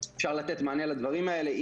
אפשר לתת מענה לדברים האלה.